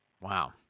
Wow